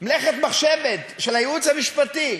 מלאכת מחשבת של הייעוץ המשפטי,